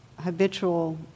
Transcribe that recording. habitual